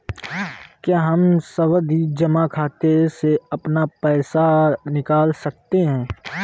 क्या हम सावधि जमा खाते से अपना पैसा निकाल सकते हैं?